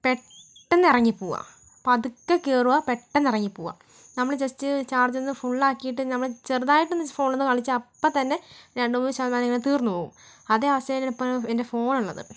പെട്ടെന്നിറങ്ങി പോവാ പതുക്കെ കയറുക പെട്ടെന്നിറങ്ങി പോവാ നമ്മൾ ജസ്റ്റ് ചാർജ് ഒന്ന് ഫുൾ ആക്കീട്ട് നമ്മൾ ചെറുതായിട്ടൊന്ന് ഫോണിൽ കളിച്ചാൽ അപ്പോൾത്തന്നെ രണ്ടുമൂന്നു ശതമാനം ഇങ്ങനെ തീർന്നു പോകും അതേ അവസ്ഥയിലാണ് ഇപ്പോൾ എൻ്റെ ഫോണുള്ളത്